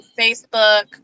Facebook